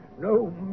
no